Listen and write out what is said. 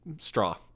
straw